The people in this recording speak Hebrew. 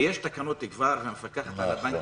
ויש תקנות כבר למפקחת על הבנקים,